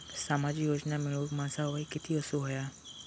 सामाजिक योजना मिळवूक माझा वय किती असूक व्हया?